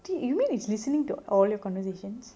dude you mean it's listening to all your conversations